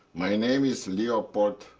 my name is leopold,